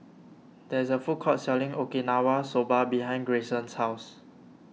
there is a food court selling Okinawa Soba behind Grayson's house